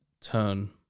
Turn